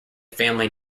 family